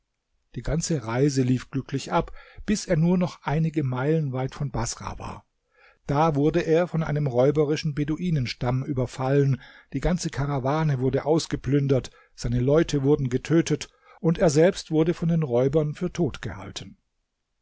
die ganze reise lief glücklich ab bis er nur noch einige meilen weit von baßrah war da wurde er von einem räuberischen beduinenstamm überfallen die ganze karawane wurde ausgeplündert seine leute wurden getötet und er selbst wurde von den räubern für tot gehalten